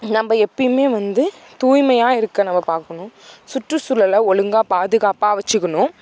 நம்ம எப்பயுமே வந்து தூய்மையாக இருக்க நம்ம பார்க்கணும் சுற்றுசூழலை ஒழுங்கா பாதுகாப்பாக வைச்சிக்கணும்